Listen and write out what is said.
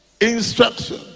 Instruction